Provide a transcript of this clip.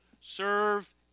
Serve